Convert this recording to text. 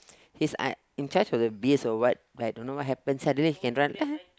he's uh in charge of the biz or what like don't know what happen suddenly he can run